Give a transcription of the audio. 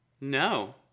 no